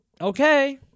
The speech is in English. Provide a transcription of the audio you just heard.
okay